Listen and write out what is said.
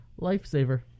lifesaver